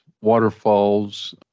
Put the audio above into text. waterfalls